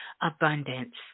abundance